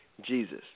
Jesus